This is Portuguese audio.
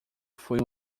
foi